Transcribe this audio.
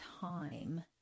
time